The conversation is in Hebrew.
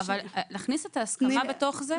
אבל להכניס את ההסכמה בתוך זה?